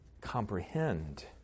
comprehend